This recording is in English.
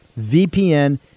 VPN